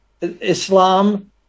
Islam